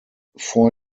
four